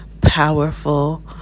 powerful